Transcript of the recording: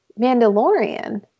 Mandalorian